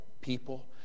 people